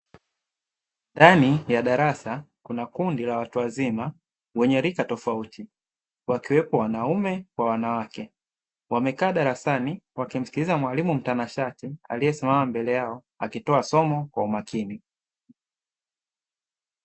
Ndani ya darasa kuna kundi la watu wazima wenye rika tofauti, wakiwepo wanaume kwa wanawake, wamekaa darasani wakimsikiliza mwalimu mtanashati aliyesimama mbele yao akitoa somo kwa umakini.